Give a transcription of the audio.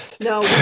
No